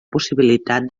possibilitat